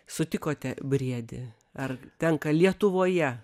sutikote briedį ar tenka lietuvoje